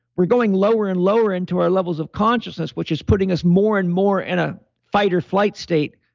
we're going lower and lower into our levels of consciousness, which is putting us more and more in a fight or flight state,